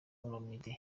olomide